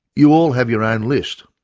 you all have your own list.